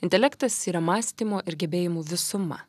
intelektas yra mąstymo ir gebėjimų visuma